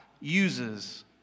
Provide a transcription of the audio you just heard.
uses